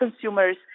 consumers